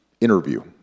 interview